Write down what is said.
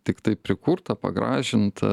tiktai prikurta pagražinta